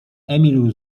emil